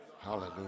Hallelujah